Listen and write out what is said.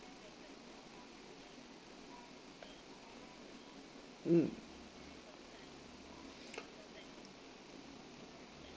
mm